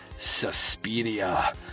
Suspiria